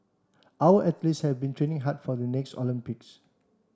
our athletes have been training hard for the next Olympics